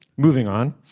moving on.